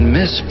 Miss